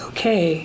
Okay